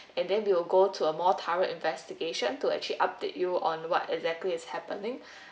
and then we will go to a more thorough investigation to actually update you on what exactly is happening